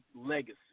legacy